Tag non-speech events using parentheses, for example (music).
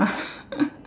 (laughs)